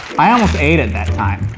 i almost ate it that time.